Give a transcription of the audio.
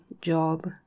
job